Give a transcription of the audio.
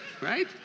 Right